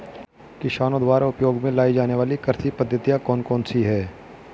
किसानों द्वारा उपयोग में लाई जाने वाली कृषि पद्धतियाँ कौन कौन सी हैं?